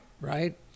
right